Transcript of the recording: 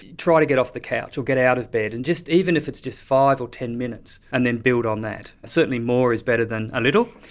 try to get off the couch or get out of bed and just, even if it's just five or ten minutes, and then build on that. certainly, more is better than a little.